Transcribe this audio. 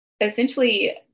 essentially